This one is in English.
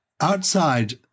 outside